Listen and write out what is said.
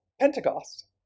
Pentecost